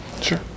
Sure